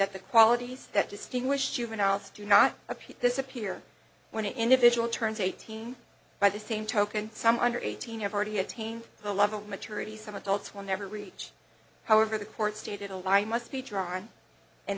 that the qualities that distinguish juveniles do not appear disappear when an individual turns eighteen by the same token some under eighteen have already attained the level of maturity some adults will never reach however the court stated a lie must be drawn and